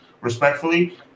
respectfully